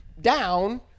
down